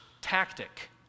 tactic